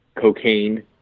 cocaine